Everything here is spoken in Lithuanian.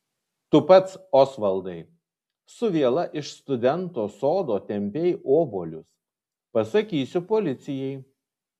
tu pats osvaldai su viela iš studento sodo tempei obuolius pasakysiu policijai